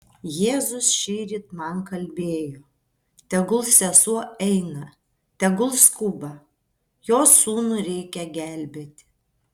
jėzus šįryt man kalbėjo tegul sesuo eina tegul skuba jos sūnų reikia gelbėti